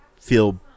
feel